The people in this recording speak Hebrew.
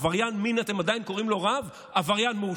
עבריין מין ואתם עדיין קוראים לו "רב"?